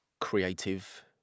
creative